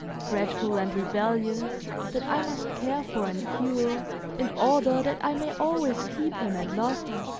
fretful and rebellious, that i must care for and cure in order that i may always keep him and love him.